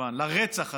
לרצח הזה?